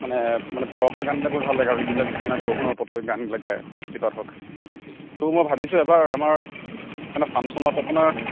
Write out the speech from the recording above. মানে মানে বৰষা গানবিলাক বহুত ভাল লাগে আৰু যিবিলাক মানে বৰষুণৰ ওপৰত লৈ গানবিলাক গায় বৃষ্টিপাত হওক তো মই ভাবিছোঁ এবাৰ আমাৰ মানে ফাংচনত আপোনাৰ